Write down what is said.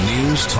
News